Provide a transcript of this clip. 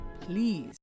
please